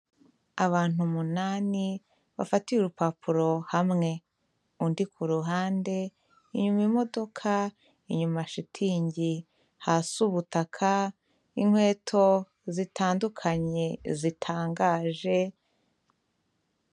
Abantu umunani bafatiye urupapuro hamwe, undi ku ruhande, inyuma imodoka, inyuma shitingi, hasi ubutaka, inkweto zitandukanye zitangaje.